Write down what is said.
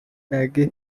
peggy